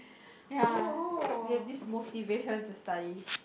ya you've this motivation to study